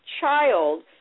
child